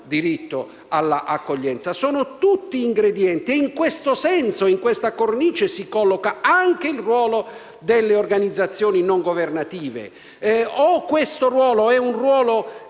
diritto all'accoglienza. Sono tutti ingredienti ed in questa cornice si colloca anche il ruolo delle organizzazioni non governative: o il loro è un ruolo